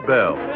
Bell